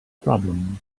problem